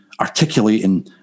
articulating